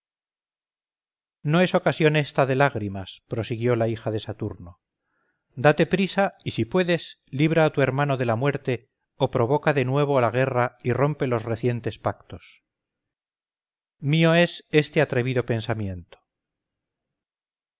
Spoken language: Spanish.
no es ocasión esta de lágrimas prosiguió la hija de saturno date prisa y si puedes libra a tu hermano de la muerte o provoca de nuevo la guerra y rompe los recientes pactos mío es este atrevido pensamiento